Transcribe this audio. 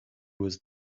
was